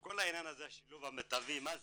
כל עניין השילוב המיטבי, מה זה?